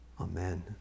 Amen